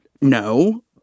No